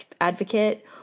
advocate